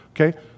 Okay